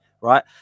right